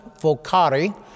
vocari